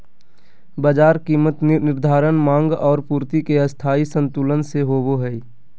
बाजार कीमत निर्धारण माँग और पूर्ति के स्थायी संतुलन से होबो हइ